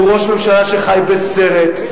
והוא ראש ממשלה שחי בסרט.